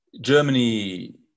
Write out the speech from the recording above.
Germany